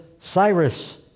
Cyrus